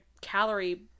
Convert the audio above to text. calorie